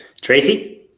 Tracy